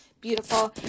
beautiful